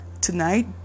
tonight